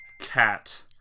cat